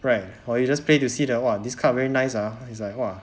right or you just play to see the !wah! the card very nice ah is like !wah!